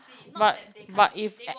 but but if at